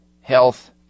Health